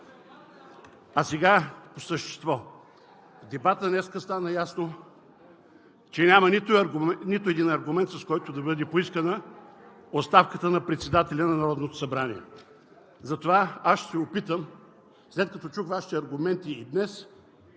А сега по същество. В дебата днес стана ясно, че няма нито един аргумент, с който да бъде поискана оставката на председателя на Народното събрание. След като чух Вашите аргументи – и днес,